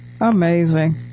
Amazing